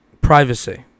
privacy